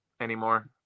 anymore